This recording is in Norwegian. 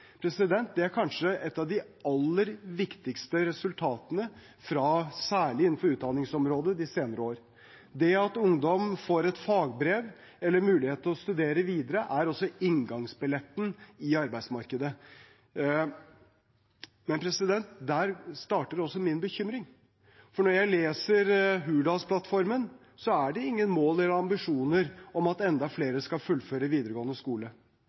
Det er kanskje et av de aller viktigste resultatene, særlig innenfor utdanningsområdet, fra de senere år. Det at ungdom får et fagbrev eller mulighet til å studere videre, er også inngangsbilletten til arbeidsmarkedet. Men der starter også min bekymring, for når jeg leser Hurdalsplattformen, er det ingen mål eller ambisjoner om at enda flere skal fullføre videregående skole.